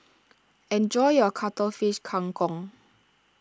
enjoy your Cuttlefish Kang Kong